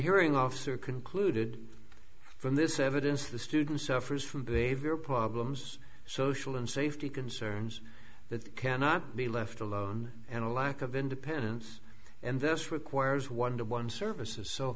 hearing officer concluded from this evidence the student suffers from behavior problems social and safety concerns that cannot be left alone and a lack of independence and this requires one to one services so